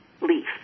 leaf